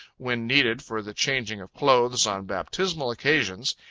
when needed for the changing of clothes on baptismal occasions,